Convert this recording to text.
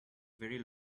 very